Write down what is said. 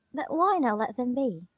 but why not let them be?